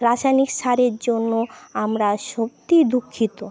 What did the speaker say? রাসায়নিক সারের জন্য আমরা সত্যিই দুঃখিত